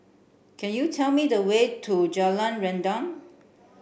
can you tell me the way to Jalan Rendang